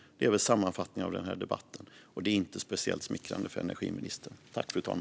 Detta är en sammanfattning av debatten, och det är inte speciellt smickrande för energiministern.